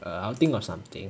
I'll think of something